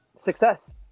Success